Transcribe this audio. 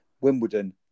Wimbledon